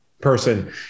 person